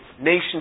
nations